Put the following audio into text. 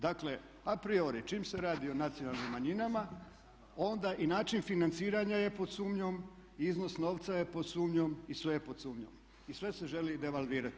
Dakle, a priori čim se radi o nacionalnim manjinama onda i način financiranja je pod sumnjom, iznos novca je pod sumnjom i sve je pod sumnjom i sve se želi devalvirati.